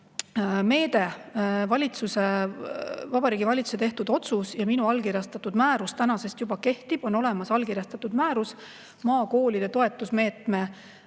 Meede, Vabariigi Valitsuse tehtud otsus ja minu allkirjastatud määrus tänasest juba kehtivad. On olemas allkirjastatud määrus, maakoolide toetusmeetme määrus,